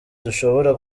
dushobora